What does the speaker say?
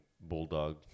bulldog